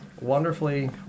wonderfully